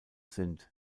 sind